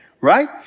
right